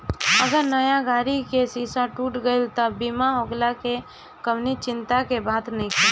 अगर नया गाड़ी के शीशा टूट गईल त बीमा होखला से कवनी चिंता के बात नइखे